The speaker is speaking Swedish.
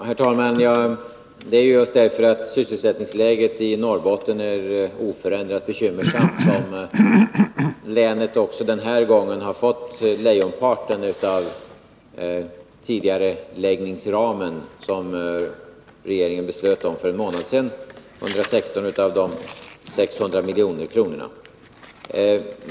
Herr talman! Det är ju just därför att sysselsättningsläget i Norrbotten är oförändrat bekymmersamt som länet också den här gången har fått lejonparten av anslaget för tidigareläggning av statliga byggen, som regeringen fattade beslut om för en månad sedan. Norrbotten fick då 116 av de 600 miljoner kronorna.